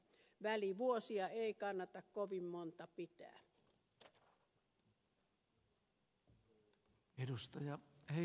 välivuosia ei kannata kovin monta pitää